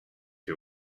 you